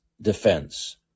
defense